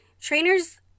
Trainers